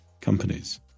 companies